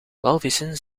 walvissen